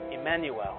Emmanuel